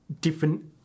different